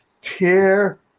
tear